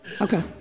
Okay